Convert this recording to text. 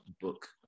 book